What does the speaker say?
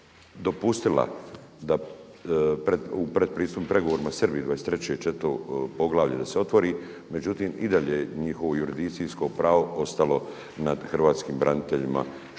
dopustila da u predpristupnim pregovorima … 23. poglavlje da se otvori, međutim i dalje njihovo jurisdikcijsko pravo ostalo nad hrvatskim braniteljima šta nije